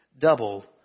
double